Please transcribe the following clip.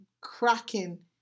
cracking